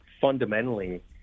fundamentally